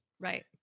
Right